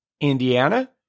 Indiana